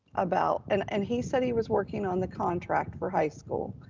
about, and and he said he was working on the contract for high school,